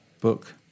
book